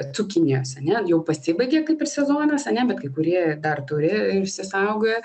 cukinijos ane jau pasibaigė kaip ir sezonas ane bet kai kurie dar turi išsisaugoję